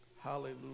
Hallelujah